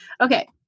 Okay